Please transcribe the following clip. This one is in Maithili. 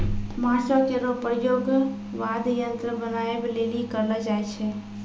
बांसो केरो प्रयोग वाद्य यंत्र बनाबए लेलि करलो जाय छै